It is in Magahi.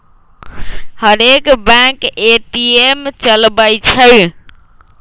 हरेक बैंक ए.टी.एम चलबइ छइ